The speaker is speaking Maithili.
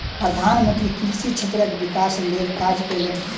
प्रधान मंत्री कृषि क्षेत्रक विकासक लेल काज कयलैन